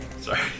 Sorry